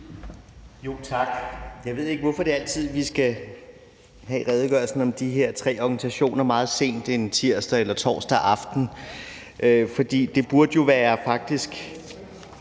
Jo tak. Jeg ved ikke, hvorfor vi altid skal have redegørelsen om de her tre organisationer meget sent en tirsdag eller torsdag aften, for det burde jo faktisk